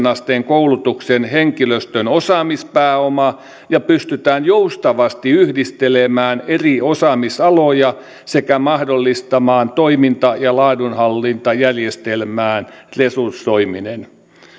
asteen koulutuksen henkilöstön osaamispääoma ja pystytään joustavasti yhdistelemään eri osaamisaloja sekä mahdollistamaan toiminta ja laadunhallintajärjestelmään resursoiminen